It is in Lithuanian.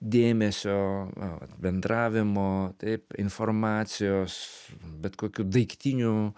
dėmesio bendravimo taip informacijos bet kokių daiktinių